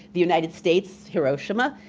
the united states, hiroshima,